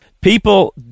People